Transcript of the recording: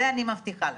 את זה אני מבטיחה לכם.